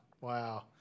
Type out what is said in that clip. Wow